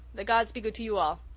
the gods be good to you all.